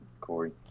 Corey